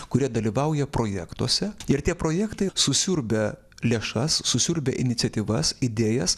kurie dalyvauja projektuose ir tie projektai susiurbia lėšas susiurbia iniciatyvas idėjas